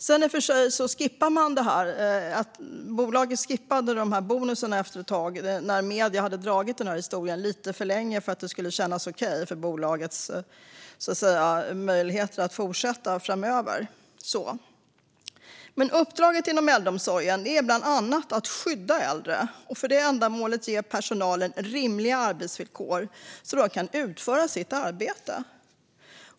I och för sig skippade bolaget bonusarna efter ett tag när medierna hade dragit den här historien lite för länge för att det skulle kännas okej för bolagets möjligheter att fortsätta så framöver. Uppdraget inom äldreomsorgen är bland annat att skydda äldre och för det ändamålet ge personalen rimliga arbetsvillkor så att de kan utföra sitt arbete.